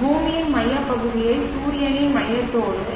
பூமியின் மையப்பகுதியை சூரியனின் மையத்துடன்